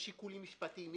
יש שיקולים משפטיים,